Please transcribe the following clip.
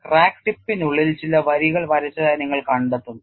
crack ടിപ്പിനുള്ളിൽ ചില വരികൾ വരച്ചതായി നിങ്ങൾ കണ്ടെത്തും